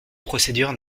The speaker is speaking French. procédure